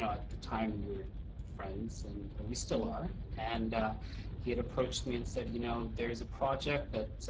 at the time we were friends and we still are, and he had approached me and said, you know there is a project that